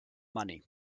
money